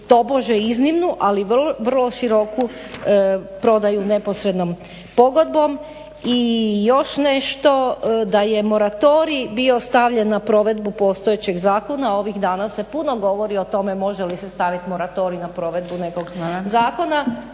tobože iznimnu ali vrlo široku prodaju neposrednom pogodbom. I još nešto da je moratorij bio stavljen na provedbu postojećeg zakona ovih dana se puno govori o tome može li se staviti moratorij na provedbu nekog zakona.